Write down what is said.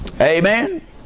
Amen